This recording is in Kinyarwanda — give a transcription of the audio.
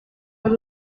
ari